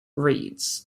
reads